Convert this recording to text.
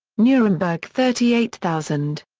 nuremberg thirty eight thousand.